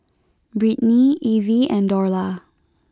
Brittney Ivie and Dorla